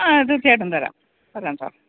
ആ തീർച്ചയായിട്ടും തരാം തരാം സാർ